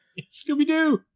Scooby-Doo